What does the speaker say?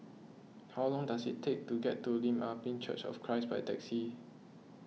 how long does it take to get to Lim Ah Pin Church of Christ by taxi